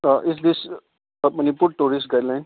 is this Manipur tourist guide line